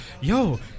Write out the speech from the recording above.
yo